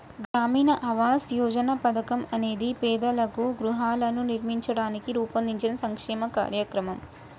గ్రామీణ ఆవాస్ యోజన పథకం అనేది పేదలకు గృహాలను నిర్మించడానికి రూపొందించిన సంక్షేమ కార్యక్రమం